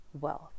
wealth